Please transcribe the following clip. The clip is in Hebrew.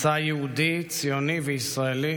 מסע יהודי ציוני וישראלי